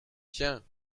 tiens